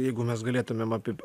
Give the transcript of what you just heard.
jeigu mes galėtumėm apie